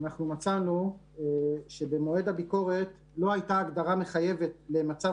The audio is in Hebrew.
מצאנו שבמועד הביקורת לא הייתה הגדרה מחייבת למצב